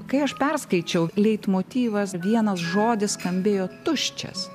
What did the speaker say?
kai aš perskaičiau leitmotyvas vienas žodis skambėjo tuščias